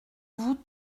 vous